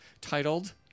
titled